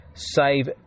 save